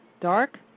dark